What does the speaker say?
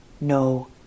No